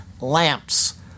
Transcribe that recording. lamps